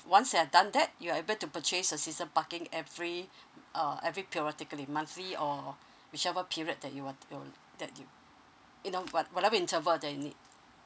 once you've done that you're able to purchase a season parking every uh every periodically monthly or whichever period that you want um that you you know what whatever interval that you need